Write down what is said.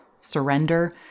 surrender